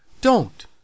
Don't